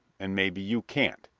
and maybe you can't,